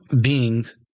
beings